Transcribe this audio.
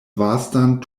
vastan